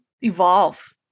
evolve